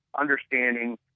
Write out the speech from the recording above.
understanding